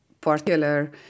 particular